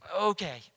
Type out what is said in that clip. Okay